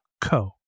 co